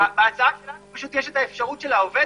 בהצעה שלנו פשוט יש את האפשרות של העובד